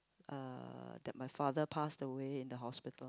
uh that my father passed away in the hospital